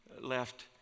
left